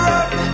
up